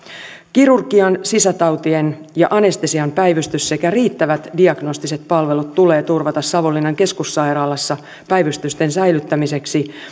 kirurgian sisätautien ja anestesian päivystys sekä riittävät diagnostiset palvelut tulee turvata savonlinnan keskussairaalassa päivystysten säilyttämiseksi